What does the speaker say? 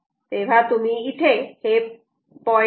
तेव्हा तुम्ही इथे 0